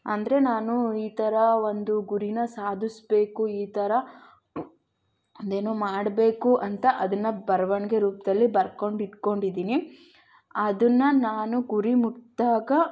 ಅಂದರೆ ನಾನು ಈ ಥರ ಒಂದು ಗುರಿನ ಸಾಧಿಸ್ಬೇಕು ಈ ಥರ ಅದೇನೋ ಮಾಡಬೇಕು ಅಂತ ಅದನ್ನು ಬರವಣ್ಗೆ ರೂಪದಲ್ಲಿ ಬರ್ಕೊಂಡು ಇಟ್ಕೊಂಡಿದ್ದೀನಿ ಅದನ್ನ ನಾನು ಗುರಿ ಮುಟ್ಟಿದಾಗ